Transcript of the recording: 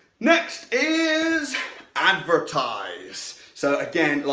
next is advertise. so again,